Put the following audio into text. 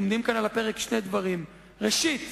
עומדים כאן על הפרק שני דברים: ראשית,